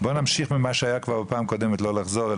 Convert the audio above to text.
בואו נמשיך לא לחזור על